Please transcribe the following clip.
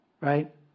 right